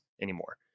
anymore